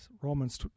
Romans